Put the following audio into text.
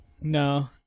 No